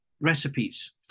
recipes